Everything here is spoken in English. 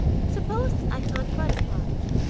suppose i hunt butterflies,